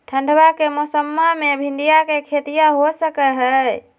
ठंडबा के मौसमा मे भिंडया के खेतीया हो सकये है?